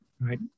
right